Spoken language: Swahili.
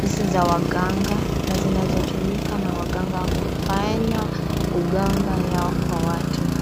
hizi za waganga na zinazitumika na waganga kufanya uganga yao kwa watu.